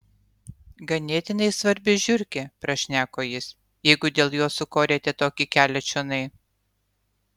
ganėtinai svarbi žiurkė prašneko jis jeigu dėl jos sukorėte tokį kelią čionai